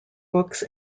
books